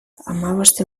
hamabost